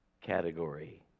category